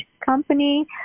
company